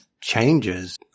changes